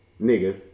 nigga